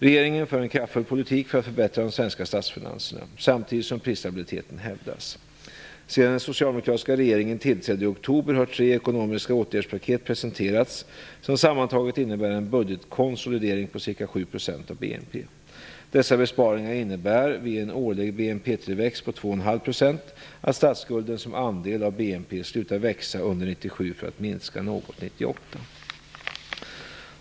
Regeringen för en kraftfull politik för att förbättra de svenska statsfinanserna, samtidigt som prisstabiliteten hävdas. Sedan den socialdemokratiska regeringen tillträdde i oktober har tre ekonomiska åtgärdspaket presenterats som sammantaget innebär en budgetkonsolidering på ca 7 % av BNP. Dessa besparingar innebär, vid en årlig BNP-tillväxt på 2,5 %, att statsskulden som andel av BNP slutar växa under 1997 för att minska något 1998.